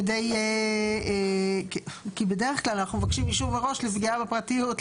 כי בדרך כלל אנחנו מבקשים אישור מראש לפגיעה בפרטיות,